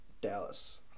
Dallas